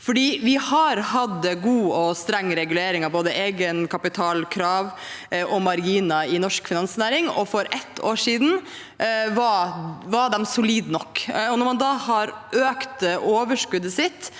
vi har hatt god og streng regulering av både egenkapitalkrav og marginer i norsk finansnæring. For ett år siden var de solide nok. Når man har økt overskuddet sitt